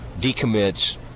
decommits